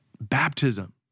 Baptism